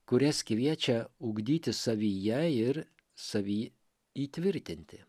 kurias kviečia ugdyti savyje ir savy įtvirtinti